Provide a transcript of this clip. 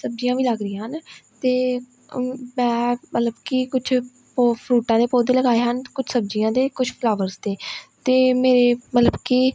ਸਬਜ਼ੀਆਂ ਵੀ ਲੱਗ ਰਹੀਆਂ ਹਨ ਅਤੇ ਅ ਮੈਂ ਮਤਲਬ ਕਿ ਕੁਛ ਪੌ ਫਰੂਟਾਂ ਦੇ ਪੌਦੇ ਲਗਾਏ ਹਨ ਕੁਝ ਸਬਜ਼ੀਆਂ ਦੇ ਕੁਛ ਫਲਾਵਰਸ ਦੇ ਅਤੇ ਮੇਰੇ ਮਤਲਬ ਕਿ